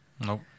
Nope